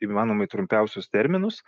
įmanomai trumpiausius terminus